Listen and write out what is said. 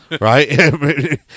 Right